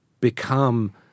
become